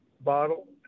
bottle